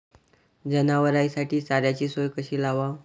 जनावराइसाठी चाऱ्याची सोय कशी लावाव?